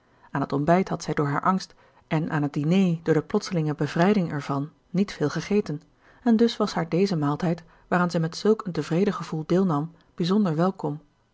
aan het ontbijt had zij door haar angst en aan het diner door de plotselinge bevrijding ervan niet veel gegeten en dus was haar deze maaltijd waaraan zij met zulk een tevreden gevoel deelnam bijzonder welkom